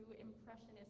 impressionist